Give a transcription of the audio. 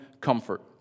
comfort